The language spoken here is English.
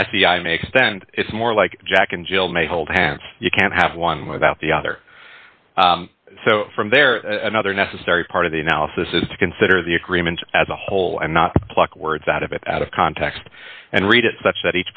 i may extend it's more like jack and jill may hold hands you can't have one without the other so from there another necessary part of the analysis is to consider the agreement as a whole and not pluck words out of it out of context and read it such that